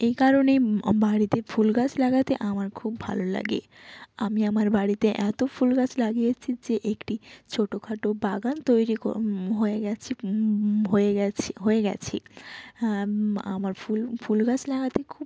এই কারণেই বাড়িতে ফুল গাছ লাগাতে আমার খুব ভালো লাগে আমি আমার বাড়িতে এত ফুল গাছ লাগিয়েছি যে একটি ছোটখাটো বাগান তৈরি কর হয়ে গিয়েছে হয়ে গিয়েছে হয়ে গিয়েছে হ্যাঁ আমার ফুল ফুল গাছ লাগাতে খুব